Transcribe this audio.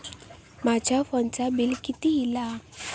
माझ्या फोनचा बिल किती इला?